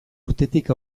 urtetik